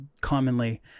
commonly